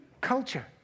culture